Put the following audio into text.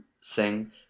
sing